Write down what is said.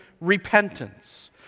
repentance